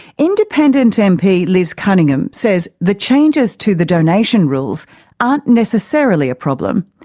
independent mp liz cunningham says the changes to the donation rules aren't necessarily a problem,